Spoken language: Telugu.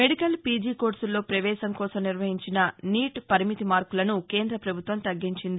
మెడికల్ పీజీ కోర్సుల్లో ప్రవేశం కోసం నిర్వహించిన నీట్ పరిమితి మార్కులను కేంద పభుత్వం తగ్గించింది